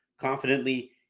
confidently